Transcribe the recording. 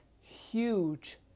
huge